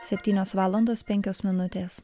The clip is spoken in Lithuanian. septynios valandos penkios minutės